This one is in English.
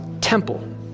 temple